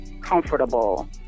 comfortable